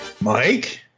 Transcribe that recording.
Mike